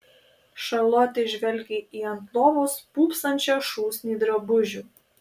šarlotė žvelgė į ant lovos pūpsančią šūsnį drabužių